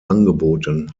angeboten